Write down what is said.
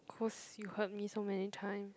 cause you heard me so many time